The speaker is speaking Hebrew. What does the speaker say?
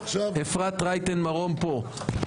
אפרת רייטן מרום פה.